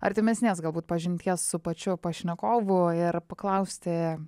artimesnės galbūt pažinties su pačiu pašnekovu ir paklausti